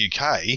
UK